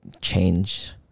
change